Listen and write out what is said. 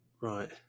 Right